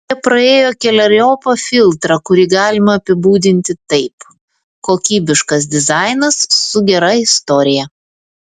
jie praėjo keleriopą filtrą kurį galima apibūdinti taip kokybiškas dizainas su gera istorija